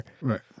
Right